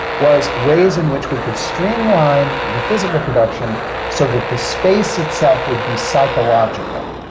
was ways in which we could streamline the physical production so that the space itself would be psychological.